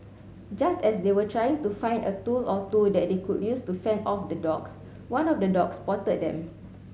just as they were trying to find a tool or two that they could use to fend off the dogs one of the dogs spotted them